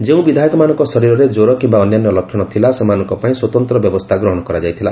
ଯେଉଁ ବିଧାୟକମାନଙ୍କ ଶରୀରରେ କ୍ୱର କିୟା ଅନ୍ୟାନ୍ୟ ଲକ୍ଷଣ ଥିଲା ସେମାନଙ୍କ ପାଇଁ ସ୍ୱତନ୍ତ୍ର ବ୍ୟବସ୍ଥା ଗ୍ରହଣ କରାଯାଇଥିଲା